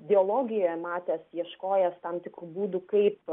dialogijoje matęs ieškojęs tam tikrų būdų kaip